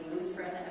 Lutheran